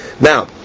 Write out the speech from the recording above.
Now